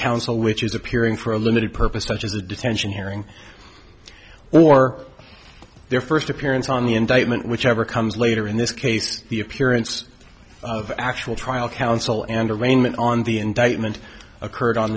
counsel which is appearing for a limited purpose touches a detention hearing or their first appearance on the indictment whichever comes later in this case the appearance of actual trial counsel and arraignment on the indictment occurred on